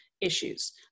issues